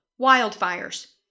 Wildfires